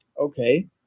Okay